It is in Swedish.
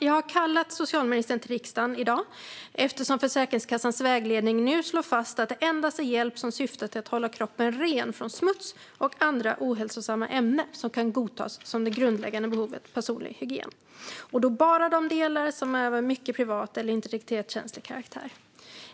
Jag har kallat socialministern till riksdagen eftersom Försäkringskassans vägledning nu slår fast att det endast är hjälp som syftar till att hålla kroppen ren från smuts och andra ohälsosamma ämnen som kan godtas som det grundläggande behovet personlig hygien - och då bara de delar av dessa behov som är av mycket privat eller integritetskänslig karaktär.